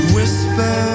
Whisper